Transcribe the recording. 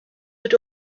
had